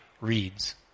reads